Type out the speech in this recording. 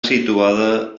situada